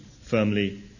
firmly